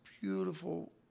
beautiful